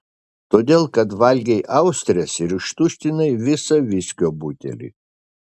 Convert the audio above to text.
todėl kad valgei austres ir ištuštinai visą viskio butelį